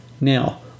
Now